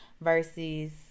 versus